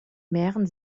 mehren